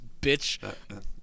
bitch